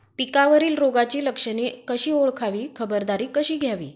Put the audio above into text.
पिकावरील रोगाची लक्षणे कशी ओळखावी, खबरदारी कशी घ्यावी?